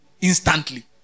instantly